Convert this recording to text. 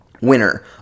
winner